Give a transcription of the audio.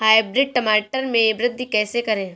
Hybrid टमाटर में वृद्धि कैसे करें?